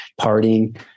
partying